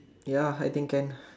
ya I think can